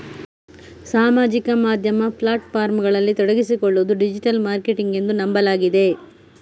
ಸಾಮಾಜಿಕ ಮಾಧ್ಯಮ ಪ್ಲಾಟ್ ಫಾರ್ಮುಗಳಲ್ಲಿ ತೊಡಗಿಸಿಕೊಳ್ಳುವುದು ಡಿಜಿಟಲ್ ಮಾರ್ಕೆಟಿಂಗ್ ಎಂದು ನಂಬಲಾಗಿದೆ